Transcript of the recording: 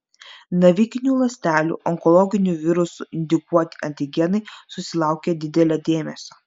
navikinių ląstelių onkologinių virusų indukuoti antigenai susilaukė didelio dėmesio